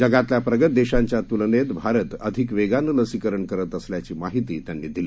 जगातल्या प्रगत देशांच्या तुलनेत भारता अधिक वेगानं लसीकरण करत असल्याची माहिती त्यांनी दिली